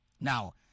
Now